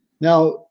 Now